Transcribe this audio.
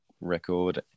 record